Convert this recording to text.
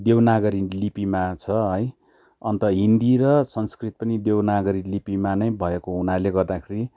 देवनागरी लिपिमा छ है अन्त हिन्दी र संस्कृत पनि देवनागरी लिपिमा नै भएको हुनाले गर्दाखेरि